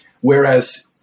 whereas